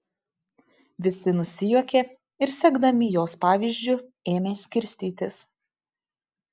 visi nusijuokė ir sekdami jos pavyzdžiu ėmė skirstytis